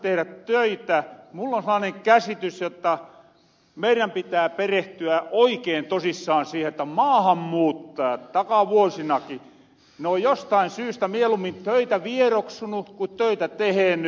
mull on sellaanen käsitys jotta meirän pitää perehtyä oikein tosissaan siihen että maahanmuuttajat takavuosinakin ovat jostain syystä mieluummin töitä vieroksunu kun töitä teheny